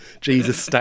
Jesus